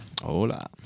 Hola